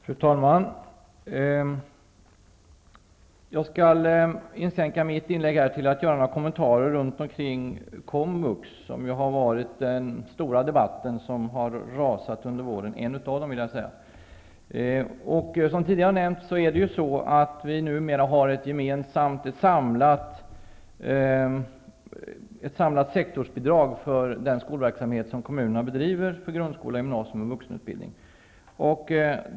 Fru talman! Jag skall inskränka mitt inlägg till att göra några kommentarer runt komvux, som ju har orsakat en av de stora debatterna som har rasat under våren. Som tidigare nämnts har vi numera ett gemensamt, samlat sektorsbidrag för den skolverksamhet som kommunerna bedriver på grundskola och gymnasium och inom vuxenutbildningen.